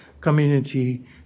community